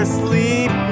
sleep